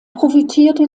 profitierte